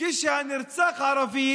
כשהנרצח ערבי